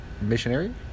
missionary